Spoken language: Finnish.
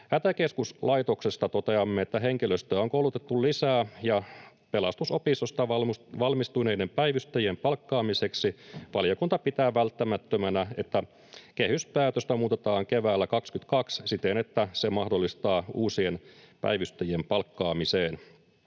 Hätäkeskuslaitoksesta toteamme, että henkilöstöä on koulutettu lisää ja Pelastusopistosta valmistuneiden päivystäjien palkkaamiseksi valiokunta pitää välttämättömänä, että kehyspäätöstä muutetaan keväällä 22 siten, että se mahdollistaa uusien päivystäjien palkkaamisen.